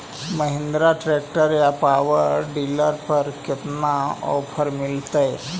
Mahindra tractor या power dealer पर कितना ओफर मीलेतय?